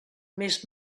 més